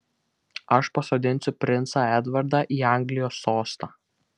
aš pasodinsiu princą edvardą į anglijos sostą